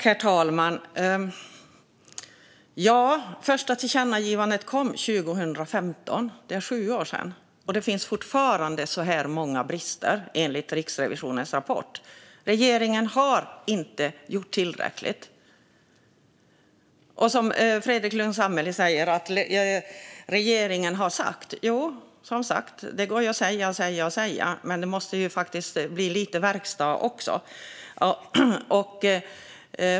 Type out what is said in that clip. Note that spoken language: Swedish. Herr talman! Det första tillkännagivandet kom 2015. Det är sju år sedan, och det finns fortfarande så här många brister enligt Riksrevisionens rapport. Regeringen har inte gjort tillräckligt. Fredrik Lundh Sammeli säger att regeringen har sagt. Ja, det går som sagt att säga och säga, men det måste faktiskt bli lite verkstad också.